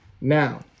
now